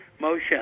motion